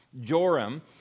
Joram